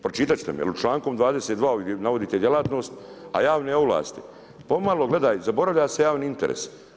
Pročitati ćete mi, jer u čl. 22. navodite djelatnost, a javne ovlasti, pomalo, gledaj, zaboravlja se javni interes.